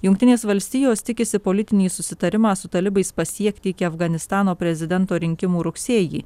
jungtinės valstijos tikisi politinį susitarimą su talibais pasiekti iki afganistano prezidento rinkimų rugsėjį